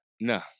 No